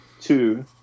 two